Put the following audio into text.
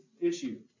issue